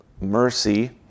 mercy